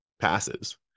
passes